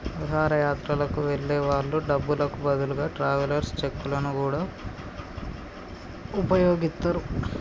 విహారయాత్రలకు వెళ్ళే వాళ్ళు డబ్బులకు బదులుగా ట్రావెలర్స్ చెక్కులను గూడా వుపయోగిత్తరు